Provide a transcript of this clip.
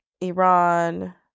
Iran